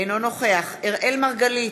אינו נוכח אראל מרגלית,